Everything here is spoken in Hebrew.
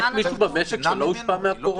זה לא שאתה צריך מרחב נשימה של כמה חודשים שבו אתה יכול